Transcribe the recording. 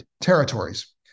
territories